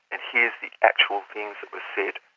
and here's the actual things that were said.